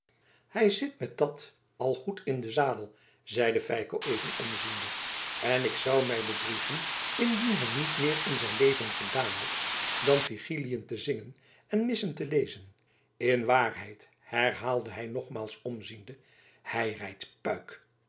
hij zit met dat al goed in den zadel zeide feiko even omziende en ik zou mij bedriegen indien hij niet meer in zijn leven gedaan had dan vigiliën te zingen en missen te lezen in waarheid herhaalde hij nogmaals omziende hij rijdt puik